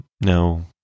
no